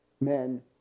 men